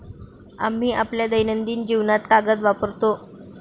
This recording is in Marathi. आम्ही आपल्या दैनंदिन जीवनात कागद वापरतो